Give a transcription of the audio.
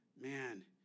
man